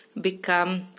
become